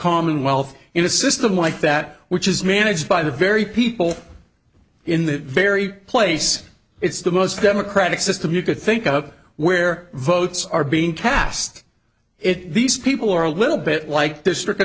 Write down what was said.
commonwealth in a system like that which is managed by the very people in the very place it's the most democratic system you could think of where votes are being cast it these people are a little bit like district